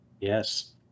Yes